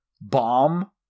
bomb